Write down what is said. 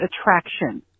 attraction